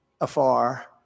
afar